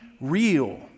real